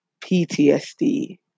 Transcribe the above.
PTSD